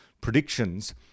predictions